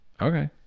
Okay